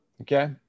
Okay